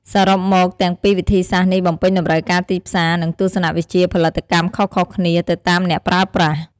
សរុបមក ទាំងពីរវិធីសាស្ត្រនេះបំពេញតម្រូវការទីផ្សារ និងទស្សនវិជ្ជាផលិតកម្មខុសៗគ្នាទៅតាមអ្នកប្រើប្រាស់។